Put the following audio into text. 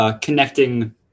Connecting